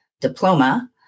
diploma